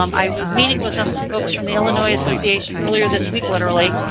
um i was meeting with some some folks from the illinois association earlier this week, literally.